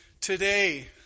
today